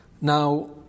Now